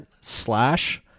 slash